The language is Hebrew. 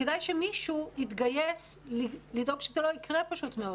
כדאי שמישהו יתגייס לדאוג שזה לא יקרה, פשוט מאוד.